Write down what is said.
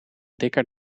dikker